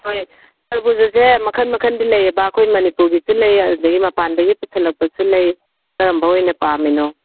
ꯍꯣꯏ ꯇꯔꯕꯨꯖꯁꯦ ꯃꯈꯟ ꯃꯈꯟꯗꯤ ꯂꯩꯌꯦꯕ ꯑꯩꯈꯣꯏ ꯃꯅꯤꯄꯨꯔꯒꯤꯁꯨ ꯂꯩ ꯑꯗꯨꯗꯒꯤ ꯃꯄꯥꯟꯗꯒꯤ ꯄꯨꯁꯤꯜꯂꯛꯄꯁꯨ ꯂꯩ ꯀꯔꯝꯕ ꯑꯣꯏꯅ ꯄꯥꯝꯃꯤꯅꯣ